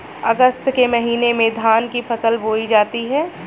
अगस्त के महीने में धान की फसल बोई जाती हैं